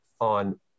on